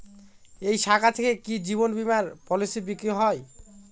এই শাখা থেকে কি জীবন বীমার পলিসি বিক্রয় হয়?